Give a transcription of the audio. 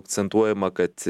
akcentuojama kad